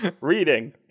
reading